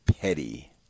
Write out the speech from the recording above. petty